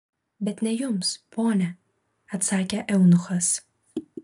bet ne jums ponia atsakė eunuchas